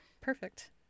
Perfect